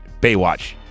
Baywatch